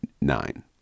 nine